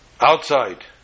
outside